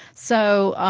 so,